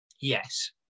yes